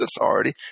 authority